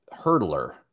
hurdler